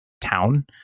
town